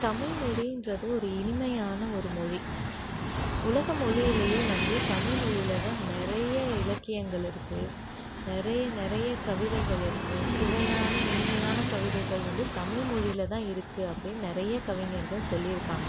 தமிழ்மொழிகிறது ஒரு இனிமையான ஒரு மொழி உலக மொழியிலேயே வந்து தமிழ்மொழியில் தான் நிறைய இலக்கியங்கள் இருக்குது நிறைய நிறைய கவிதைகள் இருக்குது சுவையான இனிமையான கவிதைகள் வந்து தமிழ்மொழியில் தான் இருக்குது அப்படின்னு நிறைய கவிஞர்கள் சொல்லியிருக்காங்க